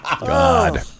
God